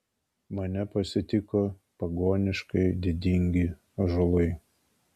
mane pasitiko pagoniškai didingi ąžuolai